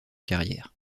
carrière